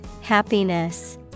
Happiness